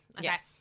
Yes